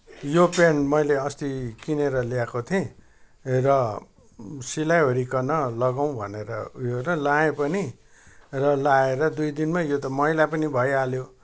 यो पेन्ट मैले अस्ति किनेर ल्याएको थिएँ र सिलाइओरिकन लगाउँ भनेर उयो र लगाएँ पनि र लगाएर दुई दिनमै यो त मैला पनि भइहाल्यो